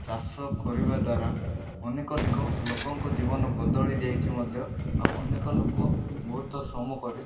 ଚାଷ କରିବା ଦ୍ୱାରା ଅନେକ ଲୋକଙ୍କ ଜୀବନ ବଦଳି ଯାଇଛିି ମଧ୍ୟ ଆଉ ଅନେକ ଲୋକ ବହୁତ ଶ୍ରମ କରି